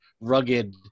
rugged